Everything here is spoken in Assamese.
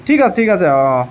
ঠিক আছে ঠিক আছে